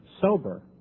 sober